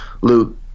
luke